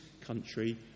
country